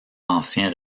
anciens